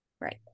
Right